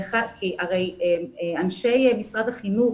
כי הרי אנשי משרד החינוך,